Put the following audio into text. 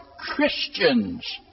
Christians